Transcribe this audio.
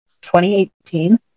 2018